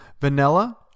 vanilla